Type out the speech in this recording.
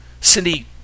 Cindy